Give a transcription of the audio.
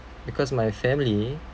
because my family